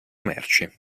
merci